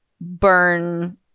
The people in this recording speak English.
burn